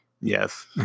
Yes